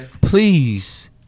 please